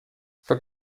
for